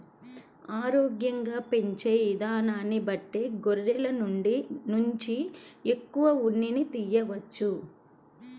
ఆరోగ్యంగా పెంచే ఇదానాన్ని బట్టే గొర్రెల నుంచి ఎక్కువ ఉన్నిని తియ్యవచ్చు